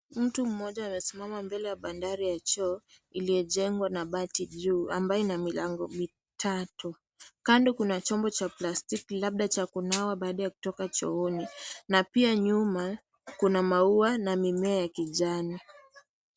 Mtu mmoja amesimama mbele ya bandari ya choo iliyojengwa na mabati juu ambayo ina milango mitatu. Kando kuna chombo cha plastiki labda cha kunawa baada ya kutoka chooni na pia nyuma kuna maua na mimea ya kijani.